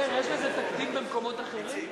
מאיר, יש לזה תקדים במקומות אחרים?